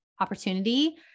opportunity